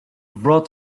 brought